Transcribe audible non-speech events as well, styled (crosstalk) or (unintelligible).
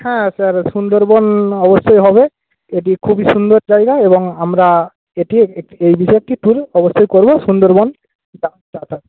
হ্যাঁ স্যার সুন্দরবন অবশ্যই হবে এটি খুবই সুন্দর জায়গা এবং আমরা (unintelligible) অবশ্যই করবো সুন্দরবন (unintelligible)